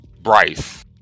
Bryce